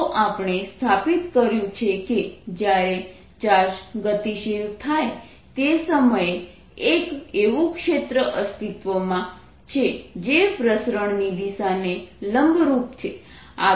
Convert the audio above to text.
તો આપણે સ્થાપિત કર્યું છે કે જયારે ચાર્જ ગતિશીલ થાય તે સમયે એક એવું ક્ષેત્ર અસ્તિત્વમાં છે જે પ્રસરણની દિશાને લંબરૂપ છે